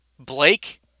Blake